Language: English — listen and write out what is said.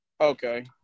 Okay